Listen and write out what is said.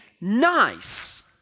nice